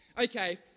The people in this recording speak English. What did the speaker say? Okay